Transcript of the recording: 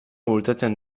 bultzatzen